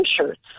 shirts